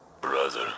Brother